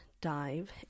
dive